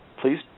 Please